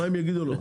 מה הם יגידו לו?